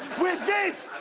with this